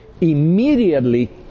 immediately